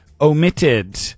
omitted